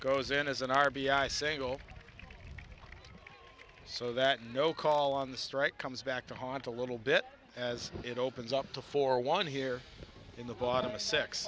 goes in as an r b i single so that no call on the strike comes back to haunt a little bit as it opens up to for one here in the bottom